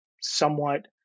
somewhat